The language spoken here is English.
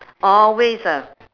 always ah